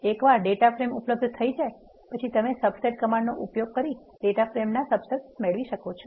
એકવાર data frame ઉપલબ્ધ થઇ જાય તમે subset કમાન્ડ નો ઉપયોગ કરી ડેટા ફ્રેમના subset મેળવી શકશો